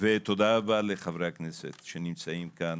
תודה רבה לחברי הכנסת שנמצאים פה,